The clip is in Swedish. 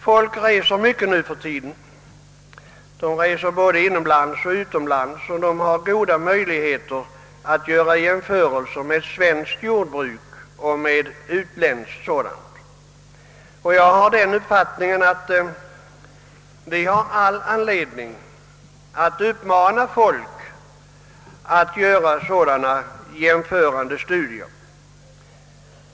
Folk reser mycket nuförtiden, både inom landet och utomlands, och de har goda möjligheter att göra jämförelser mellan svenskt och utländskt jordbruk. Jag har den uppfattningen att vi har all anledning att uppmana folk att göra sådana jämförande studier.